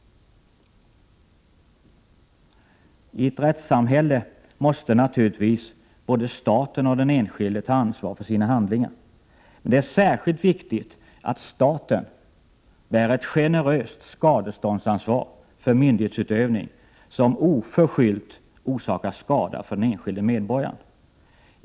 I ett rättssamhälle måste naturligtvis både staten och den enskilde ta ansvar Prot. 1988/89:30 för sina handlingar. Men det är särskilt viktigt att staten bär ett generöst 23 november 1988 skadeståndsansvar för myndighetsutövning, som oförskyllt orsakarskadaför = Jyord a org den enskilde medborgaren.